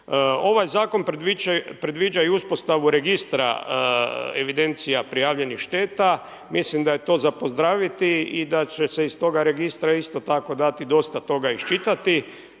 Ovaj zakon predviđa i uspostavu registra evidencija prijavljenih šteta. Mislim da je to za pozdraviti i da će se iz toga registra isto tako dati dosta toga iščitati